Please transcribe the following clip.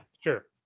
sure